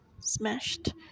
smashed